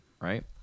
right